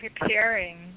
preparing